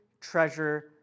treasure